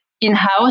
in-house